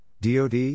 DOD